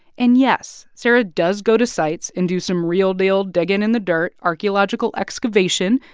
and, yes, sarah does go to sites and do some real-deal digging in the dirt archeological excavation.